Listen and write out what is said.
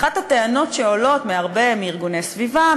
אחת הטענות שעולות מהרבה ארגוני סביבה,